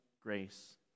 grace